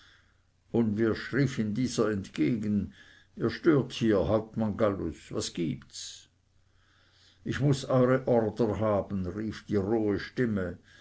unwirsch rief ihm dieser entgegen ihr stört hier hauptmann gallus was gibt's ich muß eure ordre haben rief die rohe stimme